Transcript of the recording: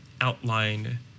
outline